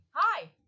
Hi